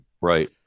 Right